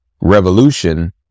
revolution